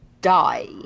Die